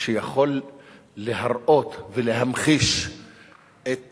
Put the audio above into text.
שיכול להראות ולהמחיש את